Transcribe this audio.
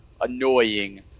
annoying